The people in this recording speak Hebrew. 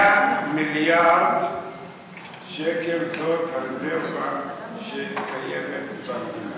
100 מיליארד שקל, זאת הרזרבה שקיימת במדינה.